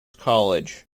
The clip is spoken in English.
college